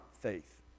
faith